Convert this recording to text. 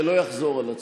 שלא יחזור על עצמו,